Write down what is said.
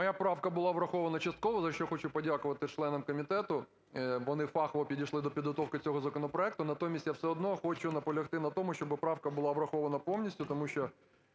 моя правка була врахована частково, за що хочу подякувати членам комітету, вони фахово підійшли до підготовки цього законопроекту. Натомість я все одно хочу наполягти на тому, щоб правка була врахована повністю, тому що